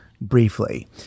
briefly